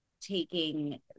taking